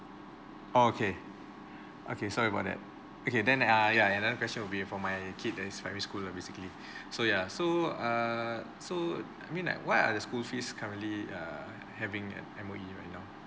okay okay sorry about that okay then err ya another question will be for my kid that is primary school lah basically so ya so err so uh mean like what are the school fees currently err having at M_O_E right now